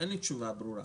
אין לי תשובה ברורה.